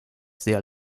sehr